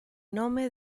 nome